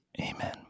Amen